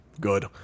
good